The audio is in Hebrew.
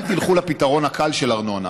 אל תלכו לפתרון הקל של ארנונה.